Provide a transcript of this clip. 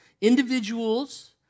Individuals